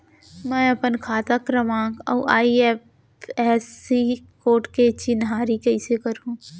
मैं अपन खाता क्रमाँक अऊ आई.एफ.एस.सी कोड के चिन्हारी कइसे करहूँ?